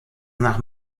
nach